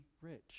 rich